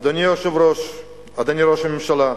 אדוני היושב-ראש, אדוני ראש הממשלה,